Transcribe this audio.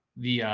the,